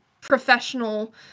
professional